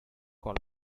call